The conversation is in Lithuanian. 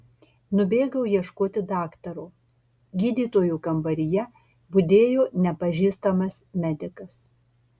nubėgau ieškoti daktaro gydytojų kambaryje budėjo nepažįstamas medikas